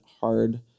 hard